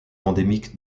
endémique